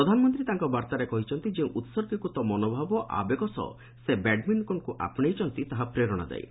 ପ୍ରଧାନମନ୍ତ୍ରୀ ତାଙ୍କ ବାର୍ଭାରେ କହିଛନ୍ତି ଯେଉଁ ଉତ୍ଗୀକୃତ ମନୋଭବ ଓ ଆବେଗ ସହ ସେ ବ୍ୟାଡ୍ମିଣ୍ଟନକ୍ ଆପଶେଇଛନ୍ତି ତାହା ପ୍ରେରଣାଦାୟୀ